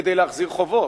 כדי להחזיר חובות.